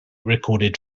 recorded